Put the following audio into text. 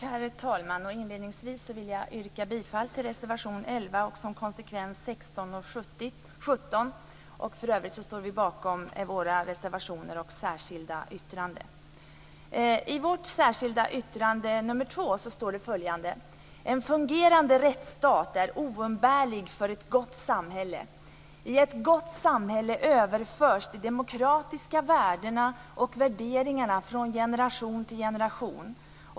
Herr talman! Inledningsvis vill jag yrka bifall till reservation 11 och som konsekvens av detta också reservationerna 16 och 17. För övrigt står vi bakom våra reservationer och särskilda yttranden. I vårt särskilda yttrande nr 2 står det följande: "En fungerande rättsstat är oumbärligt för ett gott samhälle. I ett gott samhälle överförs de demokratiska värdena och värderingarna från generation till generation.